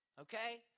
okay